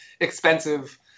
expensive